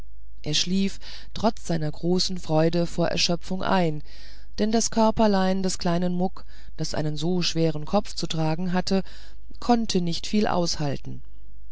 er schlief trotz seiner freude vor erschöpfung ein denn das körperlein des kleinen muck das einen so schweren kopf zu tragen hatte konnte nicht viel aushalten